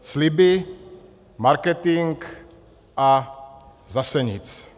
Sliby, marketing a zase nic.